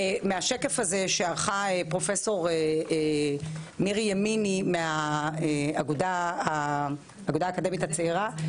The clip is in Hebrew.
מהשקף שערכה פרופסור מירי ימיני מהאגודה האקדמית הצעירה,